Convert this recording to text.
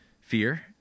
fear